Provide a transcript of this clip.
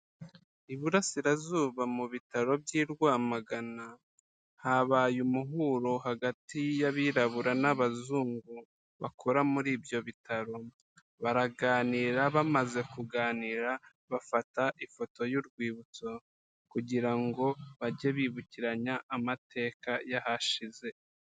Iburasirazuba mu bitaro by'i Rwamagana habaye umuhuro hagati y'abirabura n'abazungu bakora muri ibyo bitaro, baraganira bamaze kuganira bafata ifoto y'urwibutso kugira ngo bajye bibukiranya amateka y'ahashize.